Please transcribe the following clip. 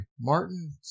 Martin